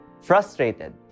frustrated